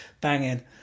banging